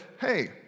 hey